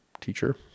teacher